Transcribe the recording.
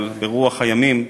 אבל ברוח הימים,